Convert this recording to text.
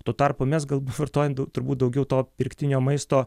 tuo tarpu mes gal vartojam turbūt daugiau to pirktinio maisto